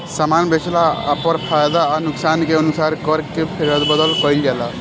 सामान बेचला पर फायदा आ नुकसान के अनुसार कर में फेरबदल कईल जाला